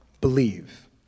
Believe